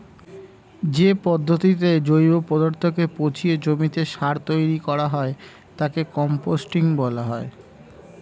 যে পদ্ধতিতে জৈব পদার্থকে পচিয়ে জমিতে সার তৈরি করা হয় তাকে কম্পোস্টিং বলা হয়